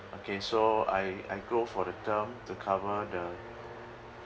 okay so I I go for the term to cover the